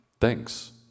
Thanks